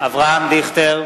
אברהם דיכטר,